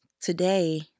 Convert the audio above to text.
today